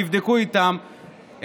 תבדקו איתם,